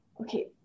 Okay